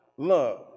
love